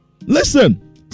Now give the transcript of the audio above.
Listen